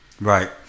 right